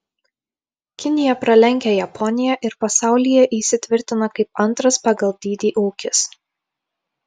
kinija pralenkia japoniją ir pasaulyje įsitvirtina kaip antras pagal dydį ūkis